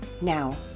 Now